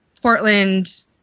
Portland